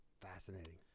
fascinating